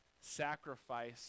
sacrifice